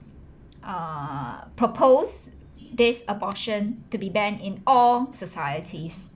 err propose this abortion to be banned in all societies